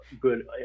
good